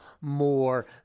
more